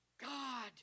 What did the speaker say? god